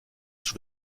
sous